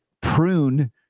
prune